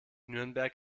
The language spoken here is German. nürnberg